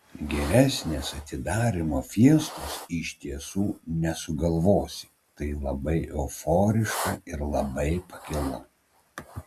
geresnės atidarymo fiestos iš tiesų nesugalvosi tai labai euforiška ir labai pakilu